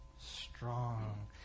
Strong